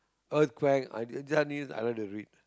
earthquake I like to read